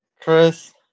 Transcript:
Chris